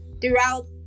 throughout